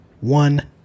one